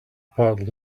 part